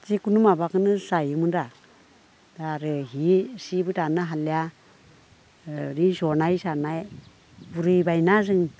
जिकुनु माबाखोनो जायोमोनरा दा आरो हि जिबो दानो हालिया ओरै ज'नाय जानाय बुरैबायना जों